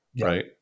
Right